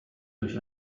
durch